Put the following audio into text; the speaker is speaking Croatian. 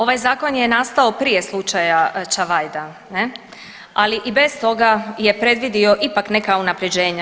Ovaj zakon je nastao prije slučaja Čavajda ne, ali i bez toga je predvidio ipak neka unapređenja.